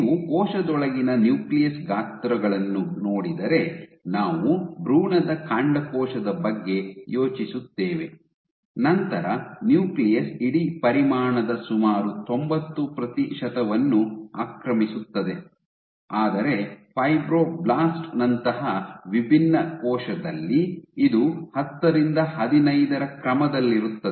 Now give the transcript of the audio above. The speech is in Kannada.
ನೀವು ಕೋಶದೊಳಗಿನ ನ್ಯೂಕ್ಲಿಯಸ್ ಗಾತ್ರಗಳನ್ನು ನೋಡಿದರೆ ನಾವು ಭ್ರೂಣದ ಕಾಂಡಕೋಶದ ಬಗ್ಗೆ ಯೋಚಿಸುತ್ತೇವೆ ನಂತರ ನ್ಯೂಕ್ಲಿಯಸ್ ಇಡೀ ಪರಿಮಾಣದ ಸುಮಾರು ತೊಂಬತ್ತು ಪ್ರತಿಶತವನ್ನು ಆಕ್ರಮಿಸುತ್ತದೆ ಆದರೆ ಫೈಬ್ರೊಬ್ಲಾಸ್ಟ್ ನಂತಹ ವಿಭಿನ್ನ ಕೋಶದಲ್ಲಿ ಇದು ಹತ್ತರಿಂದ ಹದಿನೈದರ ಕ್ರಮದಲ್ಲಿರುತ್ತದೆ